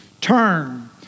Turn